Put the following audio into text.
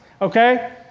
Okay